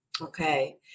Okay